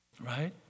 right